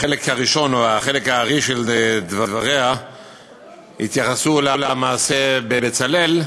החלק הראשון או חלק הארי של דבריה התייחסו למעשה ב"בצלאל"